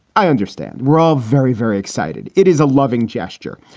i understand, rob. very, very excited. it is a loving gesture.